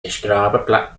describe